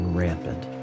rampant